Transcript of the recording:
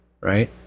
right